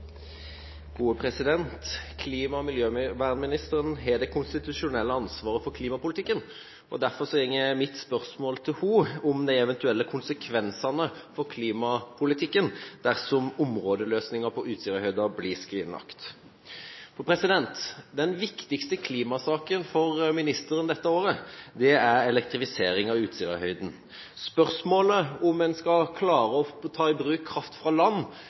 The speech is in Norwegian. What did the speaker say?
Klima- og miljøministeren har det konstitusjonelle ansvaret for klimapolitikken. Derfor går mitt spørsmål til henne på de eventuelle konsekvensene for klimapolitikken dersom områdeløsninga på Utsirahøyden blir skrinlagt. Den viktigste klimasaken for ministeren dette året er elektrifisering av Utsirahøyden. Spørsmålet om en skal klare å ta i bruk kraft fra land